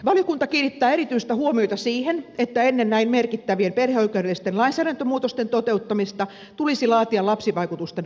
valiokunta kiinnittää erityistä huomiota siihen että ennen näin merkittävien perheoikeudellisten lainsäädäntömuutosten toteuttamista tulisi laatia lapsivaikutusten arviointi